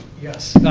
yes,